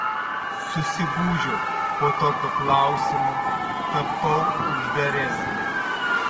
susigūžiau po tokio klausimo tapau uždaresnė